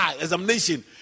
Examination